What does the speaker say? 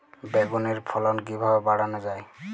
বেগুনের ফলন কিভাবে বাড়ানো যায়?